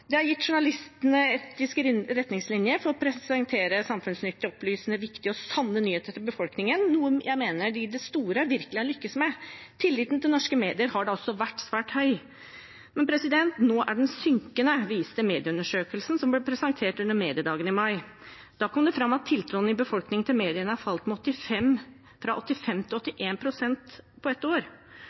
Det har gitt journalistene etiske retningslinjer for å presentere samfunnsnyttige, opplysende, viktige og sanne nyheter til befolkningen – noe jeg mener de i det store og hele virkelig har lyktes med. Tilliten til norske medier har da også vært svært høy. Men nå er den synkende, viste Medieundersøkelsen, som ble presentert under Mediedagene i mai. Der kom det fram at tiltroen i befolkningen til mediene har falt fra 85 pst. til 81 pst. på ett år.